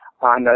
on